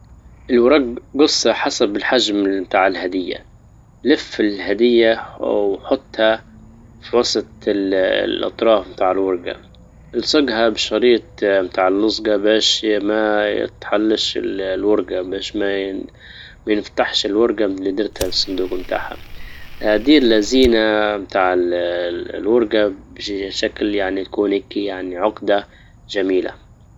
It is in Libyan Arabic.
الورج قصه حسب الحجم بتاع الهدية، لف الهدية وحطها في وسط الاطراف بتاع الورجة إلصقجها بشريط بتاع اللصجة باش ما يتحلش الورجة باش ما ينفتحش الورجة اللي درتها من الصندوج متاعها هادي الزينة متاع الورقة بشكل يعني- يكون يعني عجدة جميلة